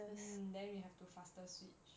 mmhmm then we have to faster switch